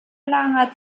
langer